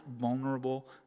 vulnerable